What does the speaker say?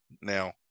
now